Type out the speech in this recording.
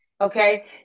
Okay